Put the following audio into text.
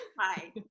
Hi